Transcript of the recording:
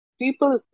people